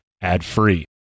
ad-free